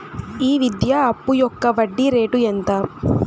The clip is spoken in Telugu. ఈ విద్యా అప్పు యొక్క వడ్డీ రేటు ఎంత?